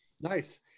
nice